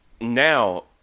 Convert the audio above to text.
Now